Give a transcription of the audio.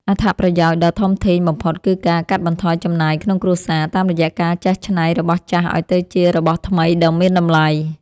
អត្ថប្រយោជន៍ដ៏ធំធេងបំផុតគឺការកាត់បន្ថយចំណាយក្នុងគ្រួសារ តាមរយៈការចេះច្នៃរបស់ចាស់ឱ្យទៅជារបស់ថ្មីដ៏មានតម្លៃ។